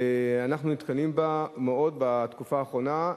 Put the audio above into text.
אנחנו נתקלים בה הרבה בתקופה האחרונה,